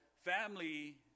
family